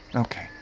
okay.